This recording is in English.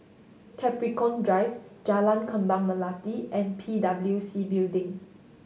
Capricorn Drive Jalan Kembang Melati and P W C Building